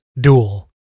duel